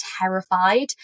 terrified